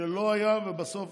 שלא היה, ובסוף